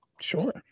Sure